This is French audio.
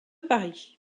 paris